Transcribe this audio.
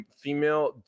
female